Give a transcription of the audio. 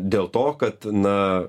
dėl to kad na